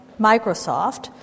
Microsoft